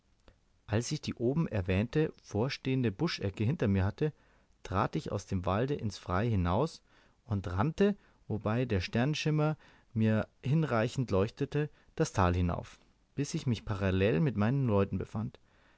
als ich die oben erwähnte vorstehende buschecke hinter mir hatte trat ich aus dem walde ins freie hinaus und rannte wobei der sternenschimmer mir hinreichend leuchtete das tal hinauf bis ich mich parallel mit meinen leuten befand